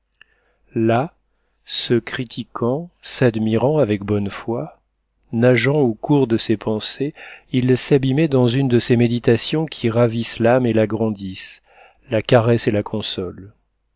là se critiquant s'admirant avec bonne foi nageant au cours de ses pensées il s'abîmait dans une de ces méditations qui ravissent l'âme et la grandissent la caressent et la consolent